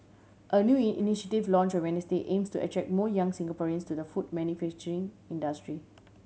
a new in initiative launch on Wednesday aims to attract more young Singaporeans to the food manufacturing industry